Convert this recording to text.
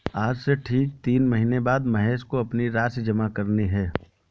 आज से ठीक तीन महीने बाद महेश को अपनी राशि जमा करनी है